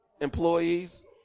employees